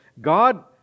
God